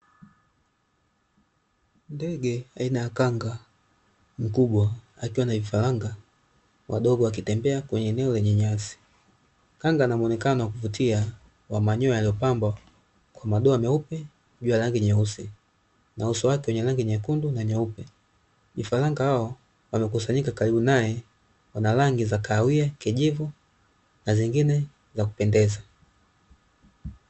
Ndege aina ya kanga mkubwa akiwa na vifaranga wadogo wakitembea kwenye eneo lenye nyasi, kanga amanuonekano wa kuvutia wa manyoya yaliopambwa kwa madoa meupe juu ya rangi nyeusi, na uso wake wenye rangi nyekundu na nyeupe, vifaranga hao wamekusanyika karibu nae wana rangi ya kahawia, kijivu na zingine za kupendeza.